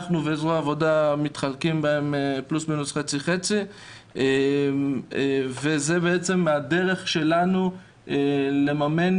אנחנו וזרוע העבודה מתחלקים בהם חצי חצי וזו הדרך שלנו לממן